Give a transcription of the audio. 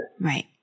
Right